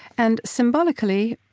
and symbolically,